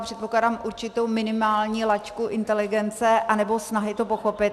Předpokládám určitou minimální laťku inteligence anebo snahu to pochopit.